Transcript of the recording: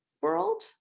world